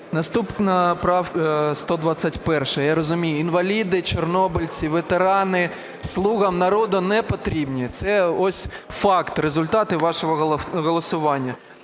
Наступна правка 121. Я розумію, інваліди, чорнобильці, ветерани "слугам народу" непотрібні – це ось факт, результати вашого голосування.